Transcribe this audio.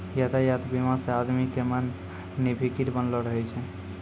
यातायात बीमा से आदमी के मन निफिकीर बनलो रहै छै